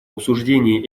обсуждении